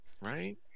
Right